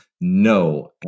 No